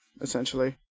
essentially